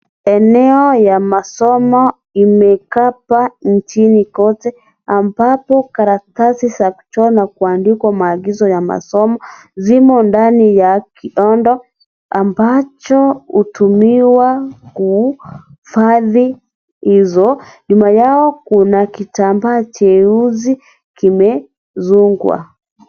Eneo ya masomo imekata nchini kote. Ambapo karatasi ya kutoa maagizo ya masomo zimo ndani ya kitanda ambacho hutumiwa kuifadhi nizo. Nyuma yao kuna kitambaa cheusi imesongwa.